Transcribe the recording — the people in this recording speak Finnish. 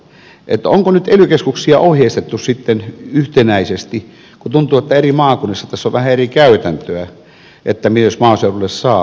joten onko nyt ely keskuksia ohjeistettu yhtenäisesti kun tuntuu että eri maakunnissa on vähän eri käytäntöä tässä että myös maaseudulle saa rakennuslupia